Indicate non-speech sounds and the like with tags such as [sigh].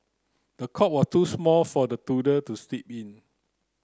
the cot was too small for the [unintelligible] to sleep in